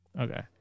Okay